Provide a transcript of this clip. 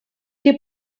que